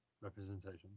representation